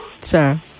Sir